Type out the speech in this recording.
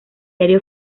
diario